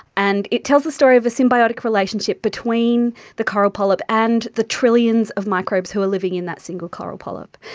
and it tells a story of a symbiotic relationship between the coral polyp and the trillions of microbes who are living in that single coral polyp.